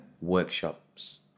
workshops